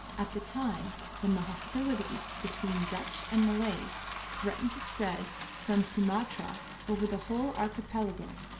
at the time when the hostilities between dutch and malays threatened to spread from sumatra over the whole archipelago,